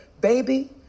baby